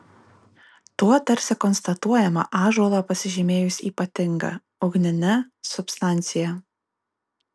tuo tarsi konstatuojama ąžuolą pasižymėjus ypatinga ugnine substancija